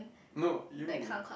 no you